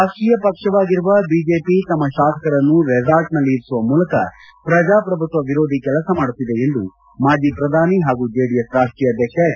ರಾಷ್ಟೀಯ ಪಕ್ವವಾಗಿರುವ ಬಿಜೆಪಿ ತಮ್ಮ ಶಾಸಕರನ್ನು ರೆಸಾರ್ಟ್ಸ್ನಲ್ಲಿ ಇರಿಸುವ ಮೂಲಕ ಪ್ರಜಾಪ್ರಭುತ್ವ ವಿರೋಧಿ ಕೆಲಸ ಮಾಡುತ್ತಿದೆ ಎಂದು ಮಾಜಿ ಪ್ರಧಾನಿ ಹಾಗೂ ಜೆಡಿಎಸ್ ರಾಷ್ಟೀಯ ಅಧ್ಯಕ್ಷ ಹೆಚ್